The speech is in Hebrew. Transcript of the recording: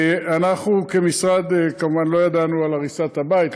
1. אנחנו כמשרד כמובן לא ידענו על הריסת הבית,